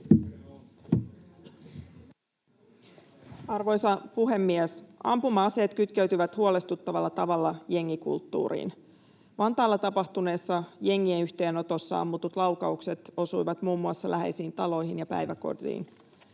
Arvoisa puhemies! Ampuma-aseet kytkeytyvät huolestuttavalla tavalla jengikulttuuriin. Vantaalla tapahtuneessa jengien yhteenotossa ammutut laukaukset osuivat muun muassa läheisiin taloihin ja päiväkotiin.